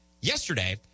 Yesterday